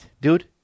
dude